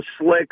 slick